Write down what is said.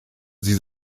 sie